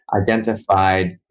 identified